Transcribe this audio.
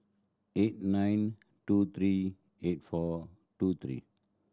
eight nine two three eight four two three